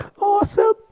awesome